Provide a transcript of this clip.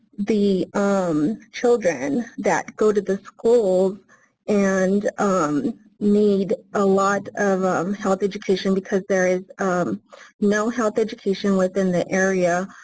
the um children that go to the school and um need a lot of um health education because there is no health education within the area.